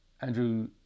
andrew